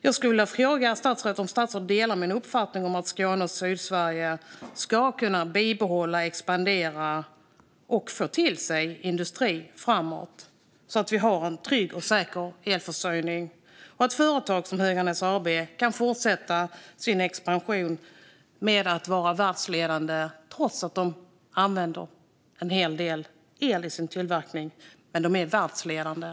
Jag skulle vilja fråga statsrådet om han delar min uppfattning att Skåne och Sydsverige ska kunna expandera och bibehålla och få till sig industri framöver. Då måste vi ha en trygg och säker elförsörjning för att företag som Höganäs AB ska kunna fortsätta sin expansion och vara världsledande trots att de använder en hel del el i sin tillverkning. Men de är alltså världsledande.